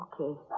Okay